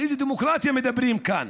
על איזה דמוקרטיה מדברים כאן?